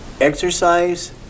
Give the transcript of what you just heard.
exercise